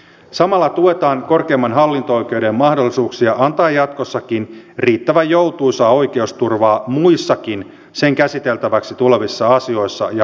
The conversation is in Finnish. samalla tuetaan korkeimman hallinto oikeuden mahdollisuuksia antaa jatkossakin riittävän joutuisaa oikeusturvaa muissakin sen käsiteltäväksi tulevissa asioissa ja asiaryhmissä